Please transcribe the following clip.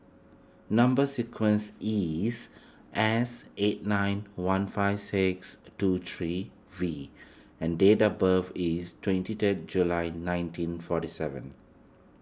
Number Sequence is S eight nine one five six two three V and date of birth is twenty third July nineteen forty seven